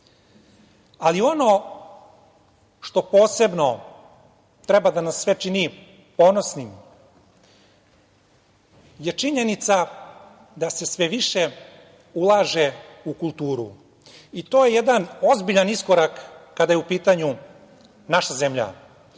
Ono što posebno treba da nas sve čini ponosnim je činjenica da se sve više ulaže u kulturu i to je jedan ozbiljan iskorak kada je u pitanju naša zemlja.